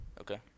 okay